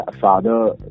father